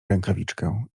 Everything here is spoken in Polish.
rękawiczkę